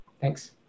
Thanks